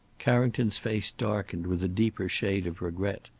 carrington's face darkened with a deeper shade of regret.